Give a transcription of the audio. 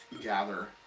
gather